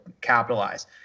capitalize